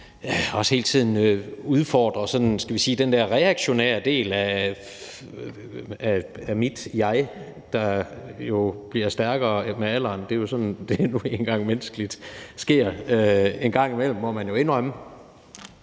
også hele tiden udfordrer, skal vi sige, den der reaktionære del af mit jeg, der jo bliver stærkere med alderen. Det er nu sådan, det menneskeligt sker en gang imellem, må man jo indrømme.